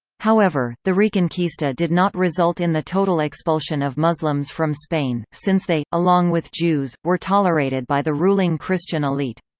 however, the reconquista did not result in the total expulsion of muslims from spain, since they, along with jews, were tolerated by the ruling christian elite.